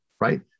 right